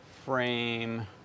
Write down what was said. frame